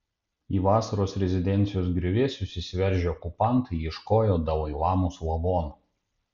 į vasaros rezidencijos griuvėsius įsiveržę okupantai ieškojo dalai lamos lavono